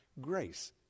Grace